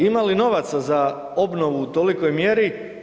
Ima li novaca za obnovu u tolikoj mjeri?